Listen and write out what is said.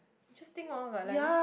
interesting orh like like this